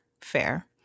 fair